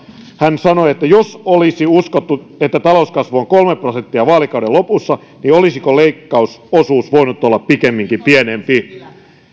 hän sanoi jos olisi uskottu että talouskasvu on kolme prosenttia vaalikauden lopussa niin olisiko leikkausosuus voinut olla pikemminkin pienempi